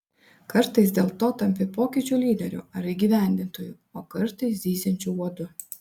kartais dėl to tampi pokyčių lyderiu ar įgyvendintoju o kartais zyziančiu uodu